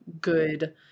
good